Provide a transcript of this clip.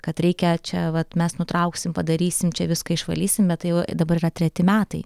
kad reikia čia vat mes nutrauksim padarysim čia viską išvalysim bet tai jau dabar yra treti metai